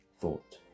thought